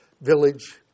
village